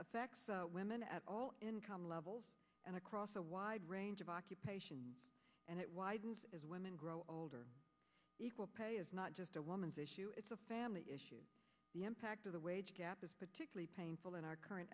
affects women at all income levels and across a wide range of occupation and it widens as women grow older equal pay is not just a woman's issue it's a family issue the impact of the wage gap is particularly painful in our current